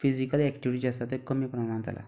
physical activity जी आसा ते कमी प्रमाणांत जाल्या